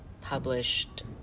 published